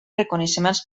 reconeixements